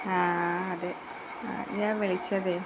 ആ അതെ ഞാൻ വിളിച്ചതേ